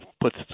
puts